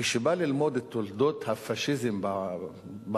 כשהוא בא ללמוד את תולדות הפאשיזם בעולם,